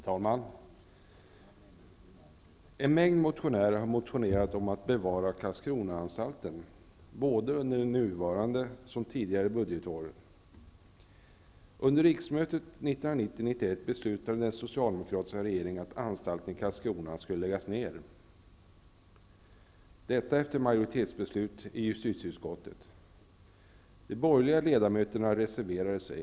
Herr talman! En mängd motioner har väckts om att bevara Karlskronaanstalten, både under nuvarande och tidigare budgetår. Under riksmötet 1990/91 beslutade den socialdemokratiska regeringen att anstalten i Karlskrona skulle läggas ned, efter majoritetsbeslut i justitieutskottet. De borgerliga ledamöterna reserverade sig.